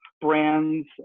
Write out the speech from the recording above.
brands